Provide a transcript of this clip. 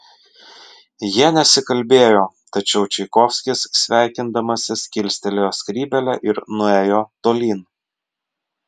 jie nesikalbėjo tačiau čaikovskis sveikindamasis kilstelėjo skrybėlę ir nuėjo tolyn